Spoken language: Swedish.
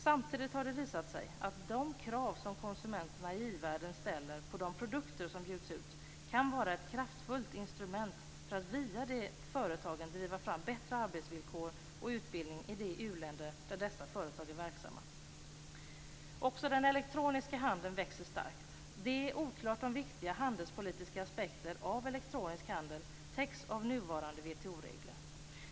Samtidigt har det visat sig att de krav som konsumenterna i i-världen ställer på de produkter som bjuds ut kan vara ett kraftfullt instrument för att via dessa företag driva fram bättre arbetsvillkor och utbildning i de u-länder där dessa företag är verksamma. Också den elektroniska handeln växer starkt. Det är oklart om viktiga handelspolitiska aspekter av elektronisk handel täcks av nuvarande WTO-regler.